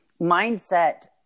mindset